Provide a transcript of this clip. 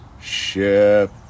ship